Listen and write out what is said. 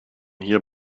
hier